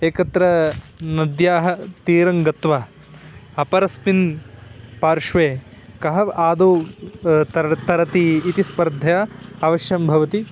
एकत्र नद्याः तीरं गत्वा अपरस्मिन् पार्श्वे कः वा आदौ तरणं तरति इति स्पर्धा अवशयं भवति